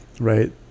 right